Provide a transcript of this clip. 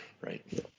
right